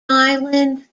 island